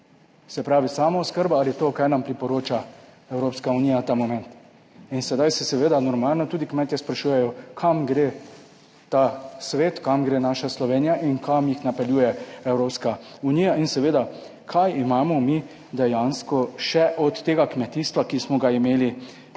Se pravi samooskrba ali to, kaj nam priporoča Evropska unija ta moment in sedaj se seveda normalno tudi kmetje sprašujejo, kam gre ta svet, kam gre naša Slovenija in kam jih napeljuje Evropska unija in seveda, kaj imamo mi dejansko še od tega kmetijstva, ki smo ga imeli včasih.